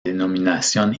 denominación